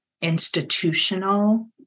institutional